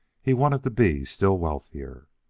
he wanted to be still wealthier.